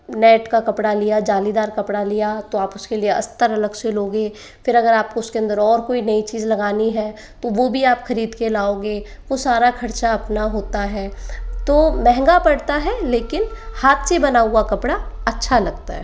net का कपड़ा लिया जालीदार कपड़ा लिया तो आप उस के लिए अस्तर अलग से लोगे फिर अगर आप को उसके अंदर और कोई नई चीज़ लगानी है तो वो भी आप खरीद के लाओगे वो सारा खर्चा अपना होता है तो महँगा पड़ता है लेकिन हाथ से बना हुआ कपड़ा अच्छा लगता है